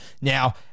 Now